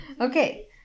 Okay